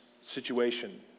situation